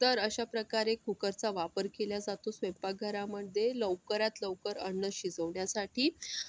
तर अशाप्रकारे कुकरचा वापर केल्या जातो स्वयंपाकघरामध्ये लवकरात लवकर अन्न शिजवण्यासाठी